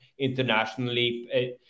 internationally